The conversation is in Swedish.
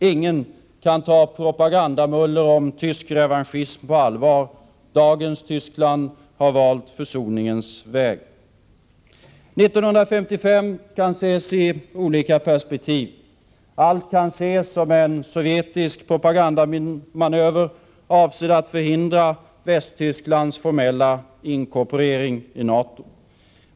Ingen kan ta propagandamuller om tysk revanschism på allvar. Dagens Tyskland har valt försoningens väg. 1955 kan ses i olika perspektiv. Allt kan ses som en sovjetisk propagandamanöver, avsedd att förhindra Västtysklands formella inkorporering i NATO.